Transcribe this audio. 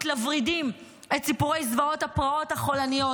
לוורידים את סיפורי זוועות הפרעות החולניות,